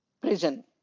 prison